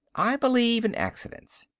i believe in accidents.